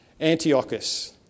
Antiochus